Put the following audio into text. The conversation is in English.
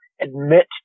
admit